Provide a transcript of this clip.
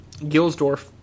Gilsdorf